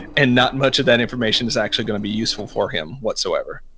and not much of that information is actually going to be useful for him whatsoever.